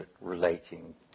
relating